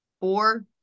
four